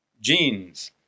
genes